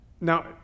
Now